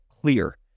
clear